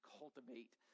cultivate